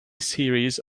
series